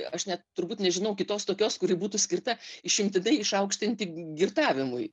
ir aš net turbūt nežinau kitos tokios kuri būtų skirta išimtinai išaukštinti girtavimui